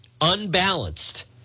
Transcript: unbalanced